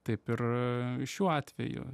taip ir šiuo atveju